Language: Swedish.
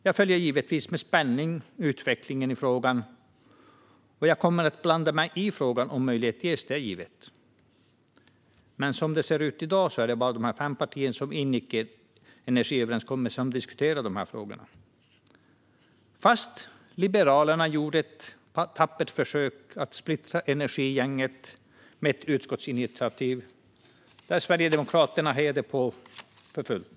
Jag följer givetvis med spänning utvecklingen i frågan, och jag kommer att blanda mig i frågan om möjlighet ges. Det är givet. Men som det ser ut i dag är det bara de fem partier som ingick energiöverenskommelsen som diskuterar dessa frågor, fast Liberalerna gjorde ett tappert försök att splittra energigänget med ett utskottsinitiativ där Sverigedemokraterna hejade på för fullt.